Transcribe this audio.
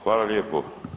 Hvala lijepo.